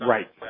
Right